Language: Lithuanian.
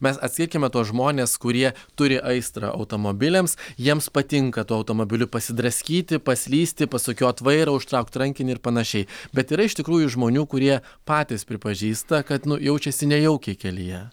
mes atskirkime tuos žmones kurie turi aistrą automobiliams jiems patinka tuo automobiliu pasidraskyti paslysti pasukiot vairą užtraukt rankinį ir panašiai bet yra iš tikrųjų žmonių kurie patys pripažįsta kad nu jaučiasi nejaukiai kelyje